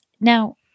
now